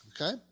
Okay